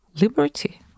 liberty